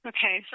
Okay